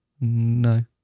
No